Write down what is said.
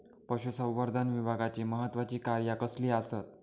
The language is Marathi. पशुसंवर्धन विभागाची महत्त्वाची कार्या कसली आसत?